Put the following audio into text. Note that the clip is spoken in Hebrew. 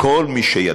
וכל מי שידו.